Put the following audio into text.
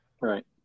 Right